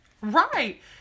Right